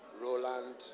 Roland